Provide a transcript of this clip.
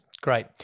great